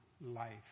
life